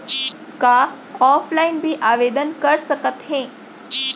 का ऑफलाइन भी आवदेन कर सकत हे?